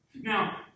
Now